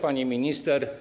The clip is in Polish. Pani Minister!